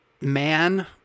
man